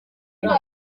neza